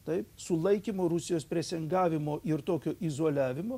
taip sulaikymo rusijos presingavimo ir tokio izoliavimo